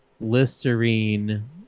Listerine